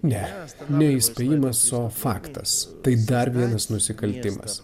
ne ne įspėjimas o faktas tai dar vienas nusikaltimas